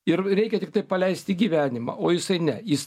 ir reikia tiktai paleisti į gyvenimą o jisai ne jis